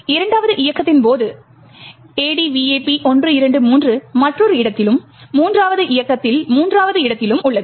இரண்டாவது இயக்கத்தின் போது ADVAP123 மற்றொரு இடத்திலும் மூன்றாவது இயக்கத்தில் மூன்றாவது இடத்திலும் உள்ளது